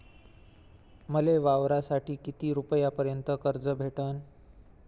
मले वावरासाठी किती रुपयापर्यंत कर्ज भेटन?